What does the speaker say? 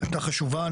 הייתה חשובה,